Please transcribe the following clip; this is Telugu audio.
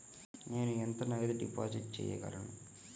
నేను ఎంత నగదు డిపాజిట్ చేయగలను?